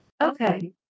Okay